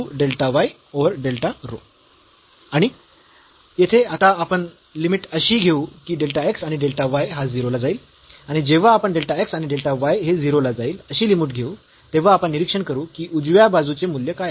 आणि येथे आता आपण लिमिट अशी घेऊ की डेल्टा x आणि डेल्टा y हा 0 ला जाईल आणि जेव्हा आपण डेल्टा x आणि डेल्टा y हे 0 ला जाईल अशी लिमिट घेऊ तेव्हा आपण निरीक्षण करू की उजव्या बाजूचे मूल्य काय आहे